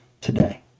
today